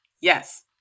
Yes